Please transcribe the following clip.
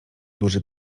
duży